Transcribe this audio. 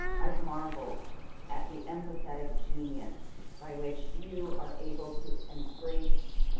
i've marveled at the empathetic genius by which you are able to embrace,